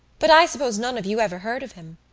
but i suppose none of you ever heard of him.